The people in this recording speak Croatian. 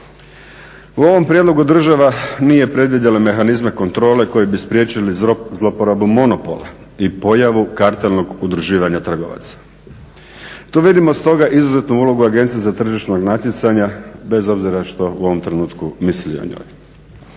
U ovom prijedlogu država nije predvidjela mehanizme kontrole koji bi spriječili zloporabu monopola i pojavu kartalnog udruživanja trgovaca. Dovedimo stoga izuzetnu ulogu agencije za tržišno natjecanja bez obzira što u ovom trenutku misli o njoj.